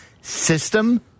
system